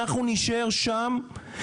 אנחנו נישאר שם.".